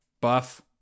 buff